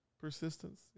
Persistence